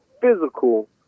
physical